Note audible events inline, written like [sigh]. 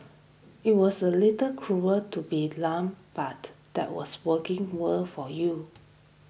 it was a little cruel to be [unintelligible] but that was working world for you